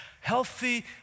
Healthy